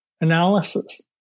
analysis